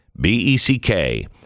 B-E-C-K